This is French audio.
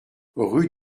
rue